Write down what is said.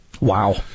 Wow